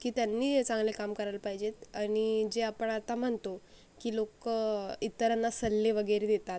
की त्यांनी हे चांगलं कामं करायला पाहिजेत आणि जे आपण आता म्हणतो की लोक इतरांना सल्ले वगैरे देतात